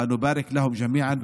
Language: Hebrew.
ואנחנו מברכים את כולם.